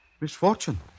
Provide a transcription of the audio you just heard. misfortune